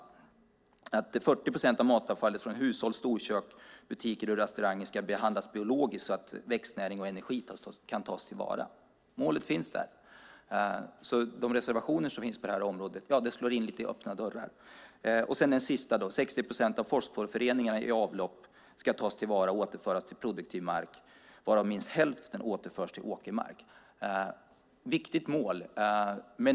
Det handlar om att 40 procent av matavfallet från hushåll, storkök, butiker och restauranger ska behandlas biologiskt så att växtnäring och energi kan tas till vara. Målet finns där. De reservationer som finns på området slår lite grann in öppna dörrar. Det sista är att 60 procent av fosforföreningarna i avlopp ska tas till vara och återföras till produktiv mark varav minst hälften återförs till åkermark. Det är ett viktigt mål.